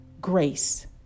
grace